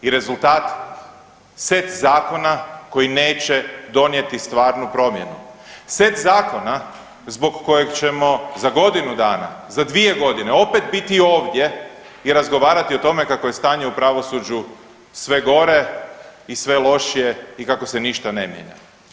I rezultat set zakona koji neće donijeti stvarnu promjenu, set zakona zbog kojeg ćemo za godinu dana, za dvije godine opet biti ovdje i razgovarati o tome kako je stanje u pravosuđu sve gore i sve lošije i kako se ništa ne mijenja.